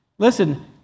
Listen